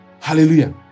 Hallelujah